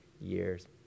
years